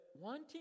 wanting